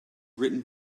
written